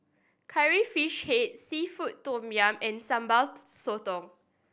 Curry Fish Head seafood tom yum and Sambal Sotong